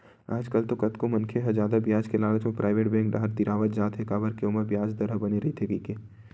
आजकल तो कतको मनखे मन ह जादा बियाज के लालच म पराइवेट बेंक डाहर तिरावत जात हे काबर के ओमा बियाज दर ह बने रहिथे कहिके